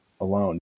alone